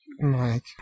Mike